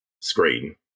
screen